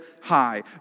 high